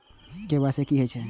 KYC की हे छे?